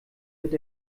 wird